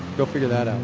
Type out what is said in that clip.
go figure that